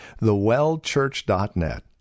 thewellchurch.net